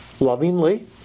lovingly